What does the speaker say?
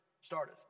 started